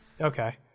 Okay